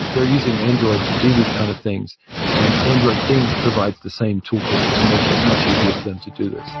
they're using android to do these kind of things and android things provides the same toolkits to make it much easier for them to do this